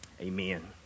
amen